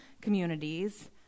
communities